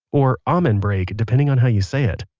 or ah-men break depending on how you say it.